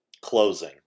Closing